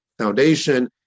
foundation